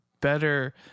better